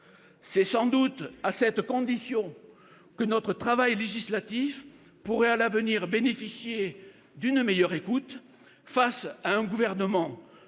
C'est sans doute à cette condition que notre travail législatif pourrait à l'avenir bénéficier d'une meilleure écoute, face à un gouvernement